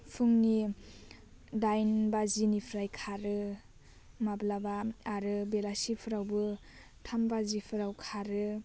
फुंनि दाइन बाजिनिफ्राय खारो माब्लाबा आरो बेलासिफोरावबो थाम बाजिफ्राव खारो